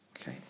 okay